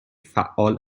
فعال